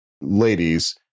ladies